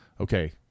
Okay